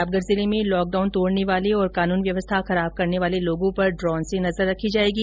प्रतापगढ जिले में लॉकडाउन तोड़ने वाले और कानून व्यवस्था खराब करने वाले लोगों पर ड्रॉन से नजर रखी जाएगी